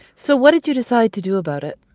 so what did you decide to do about it?